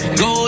go